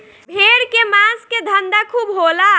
भेड़ के मांस के धंधा खूब होला